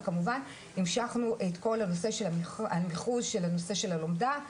וכמובן המשכנו את כל הנושא של המכרז של הנושא של הלומדה,